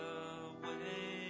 away